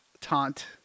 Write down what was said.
taunt